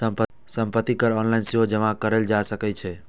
संपत्ति कर ऑनलाइन सेहो जमा कराएल जा सकै छै